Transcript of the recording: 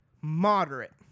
moderate